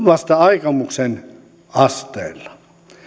vasta aikomuksen asteella